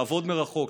לעבוד מרחוק,